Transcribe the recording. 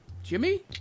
jimmy